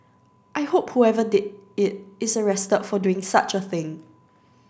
I hope whoever did it is arrested for doing such a thing